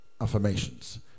Affirmations